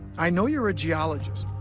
i know you're a geologist,